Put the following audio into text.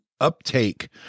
uptake